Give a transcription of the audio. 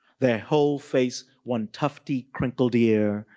their whole face, one tufty crinkled ear,